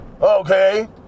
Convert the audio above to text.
Okay